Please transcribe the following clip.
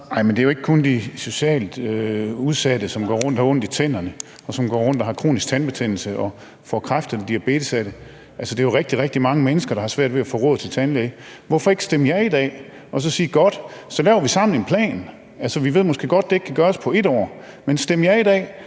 Det er jo ikke kun de socialt udsatte, som går rundt og har ondt i tænderne, og som går rundt og har kronisk tandbetændelse og får kræft eller diabetes af det. Det er jo rigtig, rigtig mange mennesker, der har svært ved at få råd til tandlæge. Hvorfor ikke stemme ja i dag og sige, at så laver vi sammen en plan? Vi ved måske godt, at det ikke kan gøres på 1 år. Men hvorfor ikke